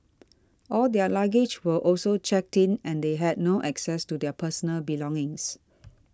all their luggage were also checked in and they had no access to their personal belongings